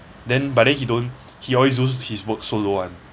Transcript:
then but then he don't he always do his work solo [one]